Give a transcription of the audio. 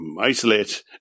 isolate